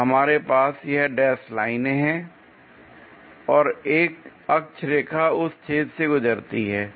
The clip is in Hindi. तो हमारे पास यह डैश लाइनें हैं और एक अक्ष रेखा उस छेद से गुजरती है